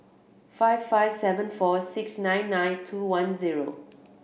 five five seven four six nine nine two one zero